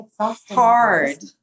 hard